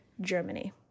Germany